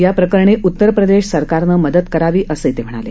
याप्रकरणी उत्तर प्रदेश सरकारनं मदत करावी असंही ते म्हणाले